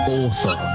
author